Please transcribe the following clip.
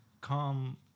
come